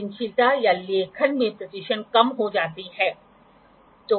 तो यह ३० degree block है और यह ५ डिग्री ब्लॉक या स्लिप गेज है जो भी हम बात कर रहे हैं